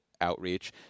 Outreach